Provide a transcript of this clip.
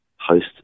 host